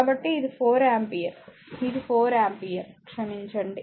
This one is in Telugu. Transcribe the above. కాబట్టి ఇది 4 ఆంపియర్ ఇది 4 ఆంపియర్ క్షమించండి